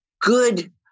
good